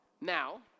Now